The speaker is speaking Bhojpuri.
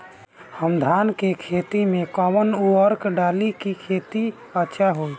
हम धान के खेत में कवन उर्वरक डाली कि खेती अच्छा होई?